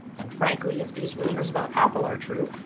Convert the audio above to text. and frankly, if these rumors about apple are true